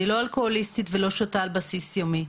אני לא אלכוהוליסטית ולא שותה על בסיס יומי.